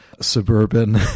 suburban